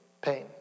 pain